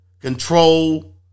control